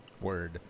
Word